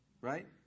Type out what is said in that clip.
Right